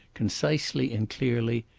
concisely and clearly,